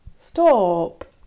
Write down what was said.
Stop